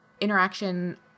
interaction